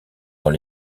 dans